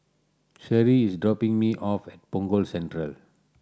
Sheri is dropping me off at Punggol Central